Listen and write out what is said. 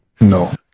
no